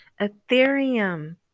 ethereum